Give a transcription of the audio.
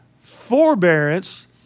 forbearance